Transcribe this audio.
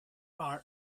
part